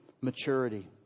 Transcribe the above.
maturity